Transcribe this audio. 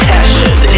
Passion